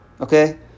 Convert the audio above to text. Okay